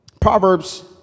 Proverbs